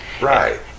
Right